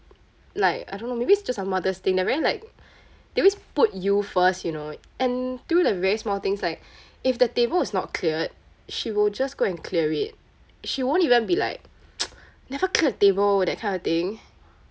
like I don't know maybe it's just a mother's thing they're very like they always put you first you know and through the very small things like if the table is not cleared she would just go and clear it she won't even be like never clear the table that kind of thing